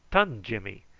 tunned jimmy.